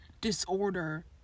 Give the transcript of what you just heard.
disorder